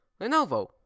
lenovo